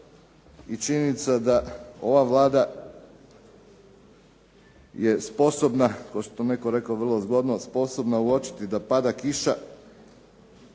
i činjenica je da ova Vlada je sposobna kako je to netko rekao vrlo zgodno, sposobna uočiti da pada kiša